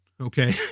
Okay